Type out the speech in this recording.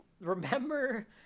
remember